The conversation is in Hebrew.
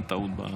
התשפ"ד 2024,